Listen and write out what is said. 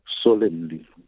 solemnly